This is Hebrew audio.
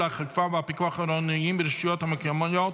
האכיפה והפיקוח העירוניים ברשויות המקומיות